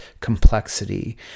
complexity